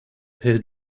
hair